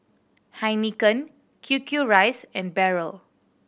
Heinekein Q Q Rice and Barrel